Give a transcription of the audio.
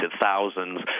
thousands